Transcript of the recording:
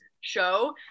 show